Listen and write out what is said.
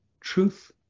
truth